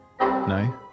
No